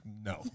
No